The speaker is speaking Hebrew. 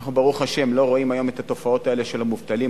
ואנחנו ברוך השם לא רואים היום את התופעות האלה של המובטלים,